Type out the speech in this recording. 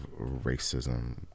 racism